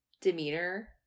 demeanor